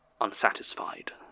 unsatisfied